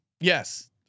Yes